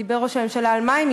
דיבר ראש הממשלה על מים,